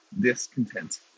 discontent